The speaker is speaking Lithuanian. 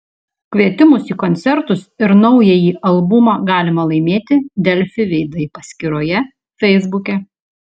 kvietimus į koncertus ir naująjį albumą galima laimėti delfi veidai paskyroje feisbuke